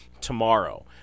tomorrow